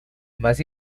más